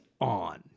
on